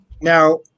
Now